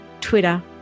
Twitter